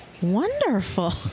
Wonderful